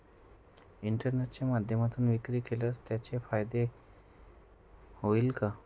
इंटरनेटच्या माध्यमातून विक्री केल्यास त्याचा फायदा होईल का?